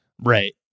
Right